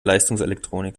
leistungselektronik